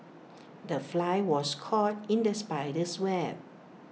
the fly was caught in the spider's web